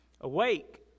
Awake